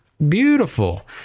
beautiful